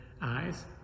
eyes